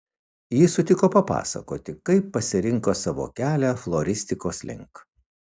ji sutiko papasakoti kaip pasirinko savo kelią floristikos link